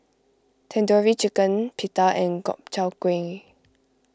Tandoori Chicken Pita and Gobchang Gui